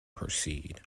proceed